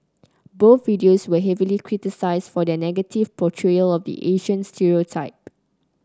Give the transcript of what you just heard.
both videos were heavily criticised for their negative portrayal of the Asian stereotype